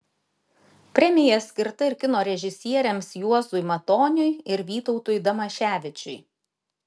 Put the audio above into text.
premija skirta ir kino režisieriams juozui matoniui ir vytautui damaševičiui